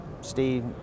Steve